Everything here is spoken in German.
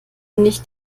nicht